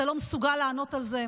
אתה לא מסוגל לענות על זה,